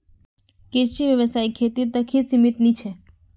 कृषि व्यवसाय खेती तक ही सीमित नी छे